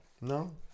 No